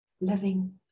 living